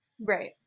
Right